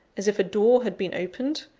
as if a door had been opened?